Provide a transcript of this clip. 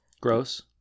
Gross